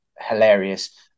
hilarious